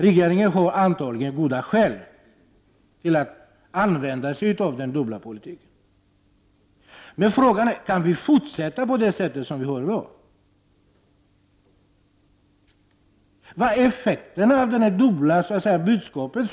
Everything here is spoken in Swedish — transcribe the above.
Regeringen har antagligen goda skäl till att använda sig av den dubbla politiken. Men frågan är om vi kan fortsätta på det sätt som vi agerar i dag. Vad är effekterna av de dubbla budskapen?